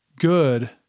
good